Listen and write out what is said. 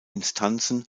instanzen